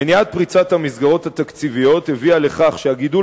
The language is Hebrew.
מניעת פריצת המסגרות התקציביות הביאה לכך שהגידול